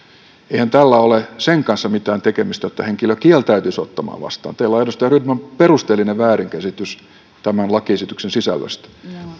eihän tällä ole sen kanssa mitään tekemistä että henkilö kieltäytyisi ottamasta työtä vastaan teillä on edustaja rydman perusteellinen väärinkäsitys tämän lakiesityksen sisällöstä